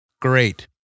Great